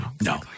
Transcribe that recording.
No